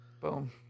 Boom